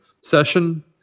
session